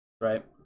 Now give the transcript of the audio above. right